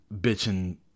bitching